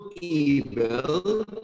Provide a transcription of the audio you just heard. evil